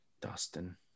Dustin